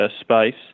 space